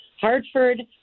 Hartford